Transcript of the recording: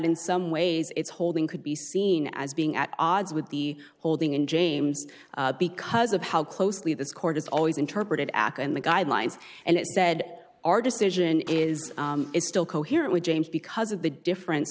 in some ways it's holding could be seen as being at odds with the holding in james because of how closely this court has always interpreted aca and the guidelines and it said our decision is is still coherent with james because of the difference